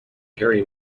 hairy